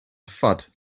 thud